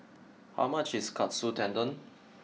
how much is Katsu Tendon